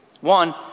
One